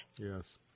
Yes